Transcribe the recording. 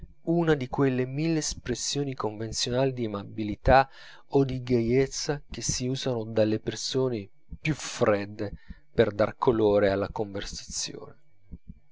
una di quelle mille espressioni convenzionali di amabilità o di gaiezza che si usano dalle persone più fredde per dar colore alla conversazione